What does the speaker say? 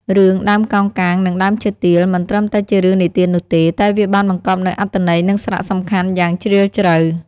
រឿង "ដើមកោងកាងនិងដើមឈើទាល" មិនត្រឹមតែជារឿងនិទាននោះទេ តែវាបានបង្កប់នូវអត្ថន័យនិងសារៈសំខាន់យ៉ាងជ្រាលជ្រៅ។